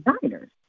designers